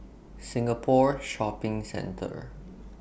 Singapore Shopping Centre